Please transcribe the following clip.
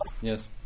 yes